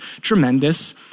tremendous